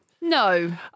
No